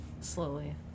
Slowly